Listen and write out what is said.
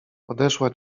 podeszła